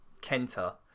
Kenta